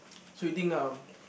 so you think um